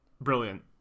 Brilliant